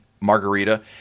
margarita